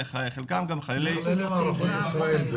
הם חללי מערכות ישראל.